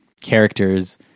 characters